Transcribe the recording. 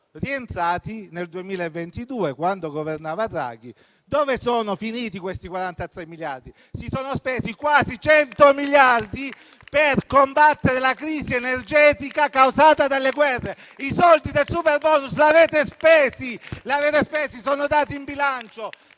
rientrati nel 2022, quando governava Draghi. Dove sono finiti i 43 miliardi? Si sono spesi quasi 100 miliardi per combattere la crisi energetica causata dalle guerre. I soldi del superbonus li avete spesi. Questi sono i dati del bilancio.